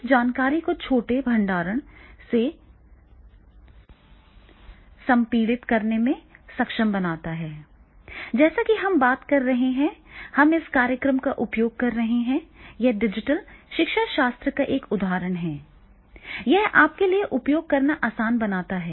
इस जानकारी को छोटे भंडारण पर संपीड़ित करने में सक्षम बनाता है जैसा कि हम बात कर रहे हैं हम इस कार्यक्रम का उपयोग कर रहे हैं यह डिजिटल शिक्षाशास्त्र का एक उदाहरण है यह आपके लिए उपयोग करना आसान बनाता है